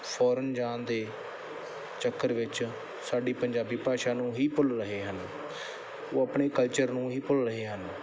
foreign ਜਾਣ ਦੇ ਚੱਕਰ ਵਿੱਚ ਸਾਡੀ ਪੰਜਾਬੀ ਭਾਸ਼ਾ ਨੂੰ ਹੀ ਭੁੱਲ ਰਹੇ ਹਨ ਉਹ ਆਪਣੇ ਕਲਚਰ ਨੂੰ ਹੀ ਭੁੱਲ ਰਹੇ ਹਨ